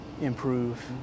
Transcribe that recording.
improve